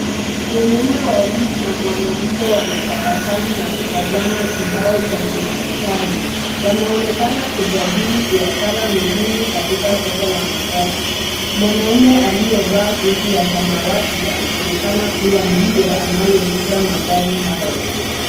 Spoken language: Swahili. Wanaume wawili na mwanamke wanatabasamu na kutazama kibao cha kidijitali. Wanaonekana kujadili biashara muhimu katika soko la magari . Mwanamume aliyevaa suti ya samawati anaonekana kuwa ndiye anayeuza magari hayo.